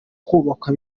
kubakwa